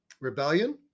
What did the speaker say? Rebellion